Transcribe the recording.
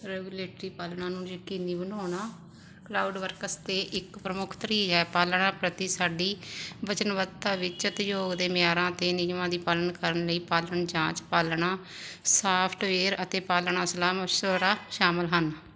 regulatory ਪਾਲਣਾ ਨੂੰ ਯਕੀਨੀ ਬਣਾਉਣਾ ਕਲਾਉਡਵਰਕਸ 'ਤੇ ਇੱਕ ਪ੍ਰਮੁੱਖ ਤਰਜੀਹ ਹੈ ਪਾਲਣਾ ਪ੍ਰਤੀ ਸਾਡੀ ਵਚਨਬੱਧਤਾ ਵਿੱਚ ਉਦਯੋਗ ਦੇ ਮਿਆਰਾਂ ਅਤੇ ਨਿਯਮਾਂ ਦੀ ਪਾਲਣ ਕਰਨ ਲਈ ਪਾਲਣ ਜਾਂਚ ਪਾਲਣਾ ਸਾਫਟਵੇਅਰ ਅਤੇ ਪਾਲਣਾ ਸਲਾਹ ਮਸ਼ਵਰਾ ਸ਼ਾਮਲ ਹਨ